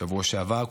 בשבוע שעבר.